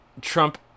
Trump